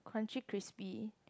crunchy crispy